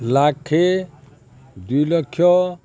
ଲକ୍ଷେ ଦୁଇ ଲକ୍ଷ